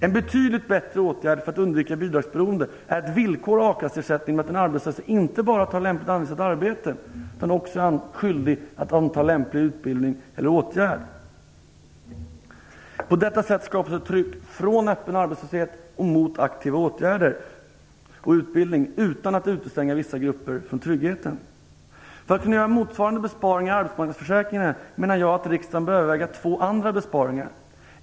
En betydligt bättre åtgärd för att undvika bidragsberoende är att villkora a-kasseersättning med att den arbetslöse inte bara skall ta anvisat arbete. Han bör också vara skyldig att anta lämplig utbildning eller åtgärd. På detta sätt skapas ett tryck från öppen arbetslöshet mot aktiva åtgärder och utbildning utan att vissa grupper utestängs från tryggheten. För att kunna göra motsvarande besparing i arbetsmarknadsförsäkringen menar jag att riksdagen bör överväga två andra besparingar.